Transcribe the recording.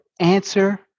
answer